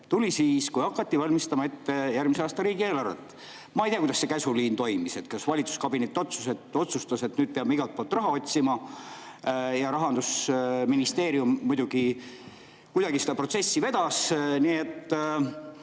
tuli siis, kui hakati ette valmistama järgmise aasta riigieelarvet. Ma ei tea, kuidas see käsuliin toimis – kas valitsuskabinet otsustas, et nüüd peame igalt poolt raha otsima? Rahandusministeerium muidugi kuidagi seda protsessi vedas. Nii et